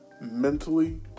mentally